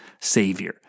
Savior